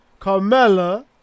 Carmella